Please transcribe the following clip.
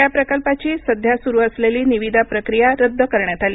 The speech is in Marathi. या प्रकल्पाची सध्या सुरू असलेली निविदा प्रक्रिया रद्द करण्यात आली